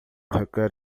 requer